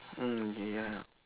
mm ya